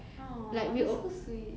!aww! that's so sweet